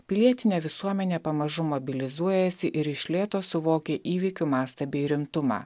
pilietinė visuomenė pamažu mobilizuojasi ir iš lėto suvokia įvykių mastą bei rimtumą